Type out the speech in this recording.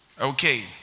Okay